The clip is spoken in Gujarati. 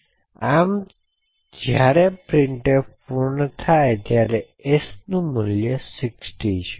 જેથી આમ જ્યારે printf પૂર્ણ થાય ત્યારે s મૂલ્ય 60 ધરાવે છે